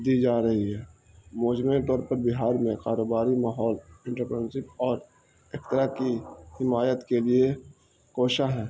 دی جا رہی ہے موجمعہ طور پر بہار میں کاروباری ماحول انٹرپرینشپ اور اترا کی حمایت کے لیے کوشاں ہیں